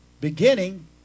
beginning